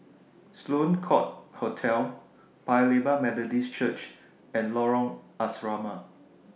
Sloane Court Hotel Paya Lebar Methodist Church and Lorong Asrama